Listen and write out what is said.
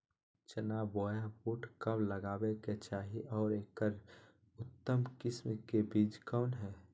चना बोया बुट कब लगावे के चाही और ऐकर उन्नत किस्म के बिज कौन है?